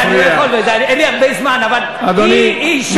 אין לי הרבה זמן, אבל היא אישה.